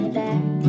back